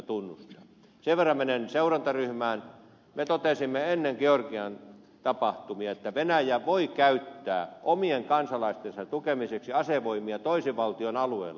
sen verran menen seurantaryhmään että me totesimme ennen georgian tapahtumia että venäjä voi käyttää omien kansalaistensa tukemiseksi asevoimia toisen valtion alueella